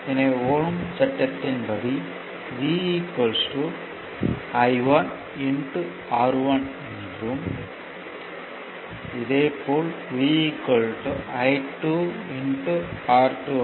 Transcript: ஓம் சட்டத்தின் ohm's law படி V I1 R1 என்றும் இதே போல் V I2 R2 ஆகும்